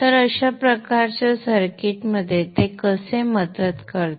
तर अशा प्रकारच्या सर्किटमध्ये ते कसे मदत करते